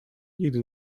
nigdy